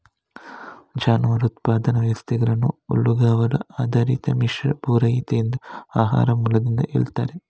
ಜಾನುವಾರು ಉತ್ಪಾದನಾ ವ್ಯವಸ್ಥೆಗಳನ್ನ ಹುಲ್ಲುಗಾವಲು ಆಧಾರಿತ, ಮಿಶ್ರ, ಭೂರಹಿತ ಎಂದು ಆಹಾರದ ಮೂಲದಿಂದ ಹೇಳ್ತಾರೆ